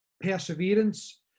perseverance